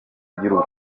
by’u